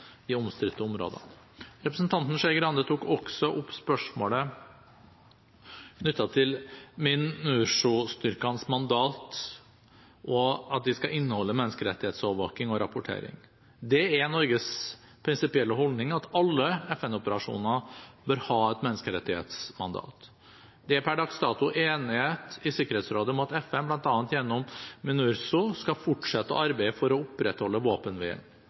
omstridte områder. Representanten Skei Grande tok også opp spørsmålet knyttet til MINURSO-styrkenes mandat, og at de skal inneholde menneskerettighetsovervåking og -rapportering. Norges prinsipielle holdning er at alle FN-operasjoner bør ha et menneskerettighetsmandat. Det er per dags dato enighet i Sikkerhetsrådet om at FN, bl.a. gjennom MINURSO, skal fortsette å arbeide for å opprettholde våpenhvilen.